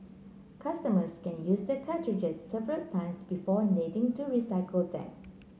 customers can use the cartridges several times before needing to recycle them